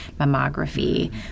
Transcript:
mammography